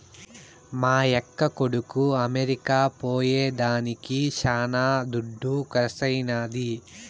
మా యక్క కొడుకు అమెరికా పోయేదానికి శానా దుడ్డు కర్సైనాది